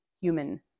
human